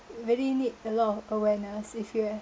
very need a lot of awareness if you were